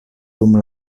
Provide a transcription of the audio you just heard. dum